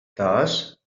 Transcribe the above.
dass